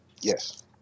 Yes